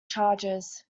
charges